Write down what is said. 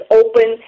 open